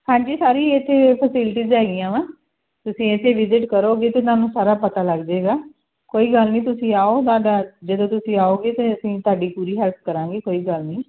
ਹਾਂਜੀ ਸਾਰੀ ਇੱਥੇ ਫੈਸਿਲਿਟੀਜ਼ ਹੈਗੀਆਂ ਵਾਂ ਤੁਸੀਂ ਇੱਥੇ ਵਿਜ਼ਿਟ ਕਰੋਗੇ ਤਾਂ ਤੁਹਾਨੂੰ ਸਾਰਾ ਪਤਾ ਲੱਗ ਜਾਏਗਾ ਕੋਈ ਗੱਲ ਨਹੀਂ ਤੁਸੀਂ ਆਓ ਤੁਹਾਡਾ ਜਦੋਂ ਤੁਸੀਂ ਆਓਗੇ ਅਤੇ ਅਸੀਂ ਤੁਹਾਡੀ ਪੂਰੀ ਹੈਲਪ ਕਰਾਂਗੇ ਕੋਈ ਗੱਲ ਨਹੀਂ